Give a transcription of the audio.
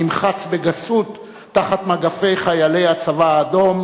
שנמחץ בגסות תחת מגפי חיילי הצבא האדום,